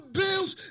bills